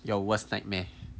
your worst nightmare